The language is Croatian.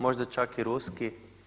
Možda čak i ruski.